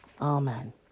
Amen